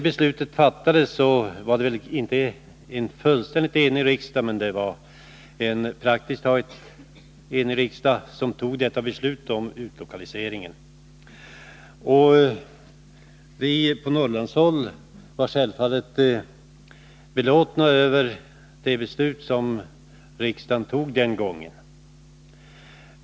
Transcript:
Beslutet fattades väl inte av en helt enig riksdag, men det rådde praktiskt taget enighet om utlokaliseringen. På Norrlandshåll var vi självfallet belåtna över det beslut som riksdagen fattade den gången.